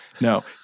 No